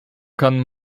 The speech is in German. kann